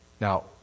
Now